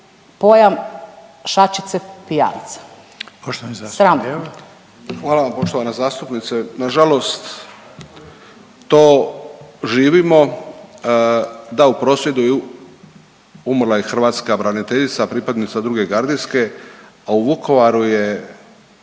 zastupnik Deur. **Deur, Ante (HDZ)** Hvala vam poštovana zastupnice. Nažalost to živimo, da u prosvjedu je umrla je hrvatska branitelja pripadnice 2. gardijske, a u Vukovaru je